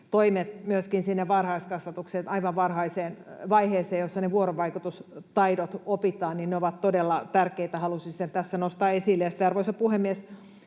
toimet myöskin sinne varhaiskasvatukseen, aivan varhaiseen vaiheeseen, jossa ne vuorovaikutustaidot opitaan, ovat todella tärkeitä. Halusin sen tässä nostaa esille. Arvoisa puhemies!